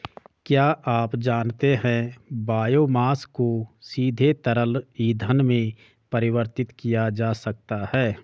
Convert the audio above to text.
क्या आप जानते है बायोमास को सीधे तरल ईंधन में परिवर्तित किया जा सकता है?